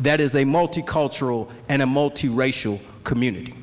that is a multicultural and a multiracial community?